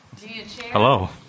Hello